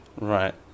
Right